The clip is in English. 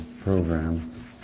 program